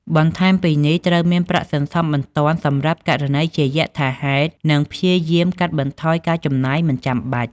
បន្ថែមពីនេះ ត្រូវមានប្រាក់សន្សំបន្ទាន់សម្រាប់ករណីជាយថាហេតុនិងព្យាយាមកាត់បន្ថយការចំណាយមិនចាំបាច់។